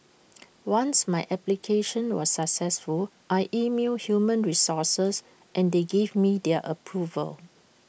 once my application was successful I emailed human resources and they gave me their approval